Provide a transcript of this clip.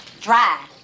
dry